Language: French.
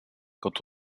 quand